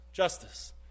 justice